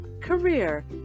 career